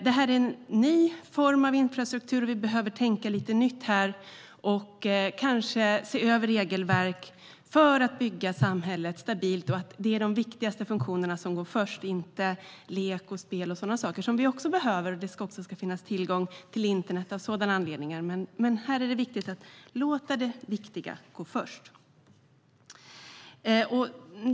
Detta är en ny form av infrastruktur. Vi behöver tänka lite nytt här och kanske se över regelverk för att bygga samhället stabilt så att det är de viktigaste funktionerna som går först, inte lek, spel och sådana saker. Vi behöver dem också, och det ska finnas tillgång till internet av sådana anledningar. Men här är det viktigt att låta det viktigaste gå först.